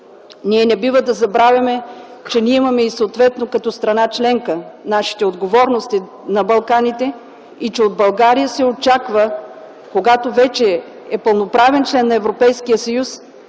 Ние не бива да забравяме, че като страна членка имаме и нашите отговорности на Балканите и че от България се очаква, когато вече е пълноправен член на Европейския съюз,